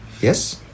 Yes